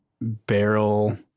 barrel